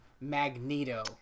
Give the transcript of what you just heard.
Magneto